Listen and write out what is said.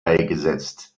beigesetzt